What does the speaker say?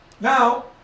Now